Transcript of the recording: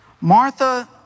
Martha